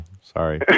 sorry